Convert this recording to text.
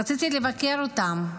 רציתי לבקר אותם.